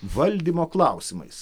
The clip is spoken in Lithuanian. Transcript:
valdymo klausimais